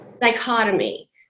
dichotomy